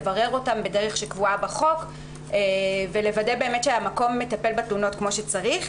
לברר אותן בדרך שקבועה בחוק ולוודא באמת שהמקום מטפל בתלונות כמו שצריך.